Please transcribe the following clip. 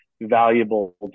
valuable